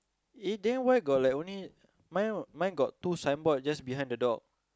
eh then why got like only mine mine got two signboard just behind the door